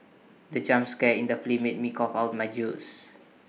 the jump scare in the film made me cough out my juice